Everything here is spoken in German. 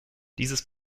dieses